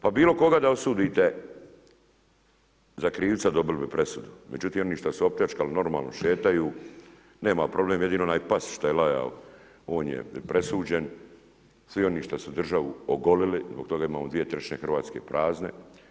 Pa bilokoga da osudite za krivce, dobili bi presudu, međutim oni šta su opljačkali normalno šetaju, nema problem, jedino onaj što je lajao, on je presuđen, svi oni šta su državu ogolili, zbog toga imamo 2/3 Hrvatske prazne.